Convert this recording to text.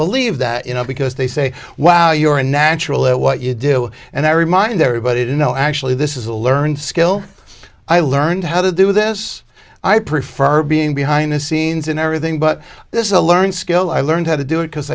believe that you know because they say wow you're a natural at what you do and i remind everybody to know actually this is a learned skill i learned how to do this i prefer being behind the scenes in everything but this is a learned skill i learned how to do it because